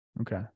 Okay